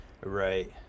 Right